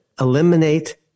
eliminate